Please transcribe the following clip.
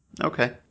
Okay